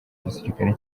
gisirikare